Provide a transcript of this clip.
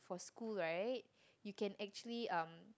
for school right you can actually um